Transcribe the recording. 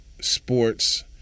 sports